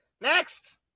Next